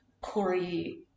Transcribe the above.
Corey